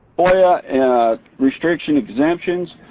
ah yeah ah restriction exemptions,